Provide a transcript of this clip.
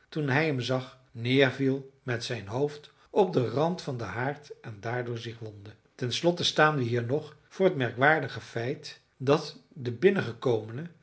toen hij hem zag neerviel met zijn hoofd op den rand van den haard en daardoor zich wondde ten slotte staan we hier nog voor het merkwaardige feit dat de binnengekomene